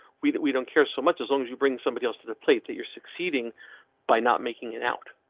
we that we don't care so much as long as you bring somebody else to the plate that you're succeeding by not making it out.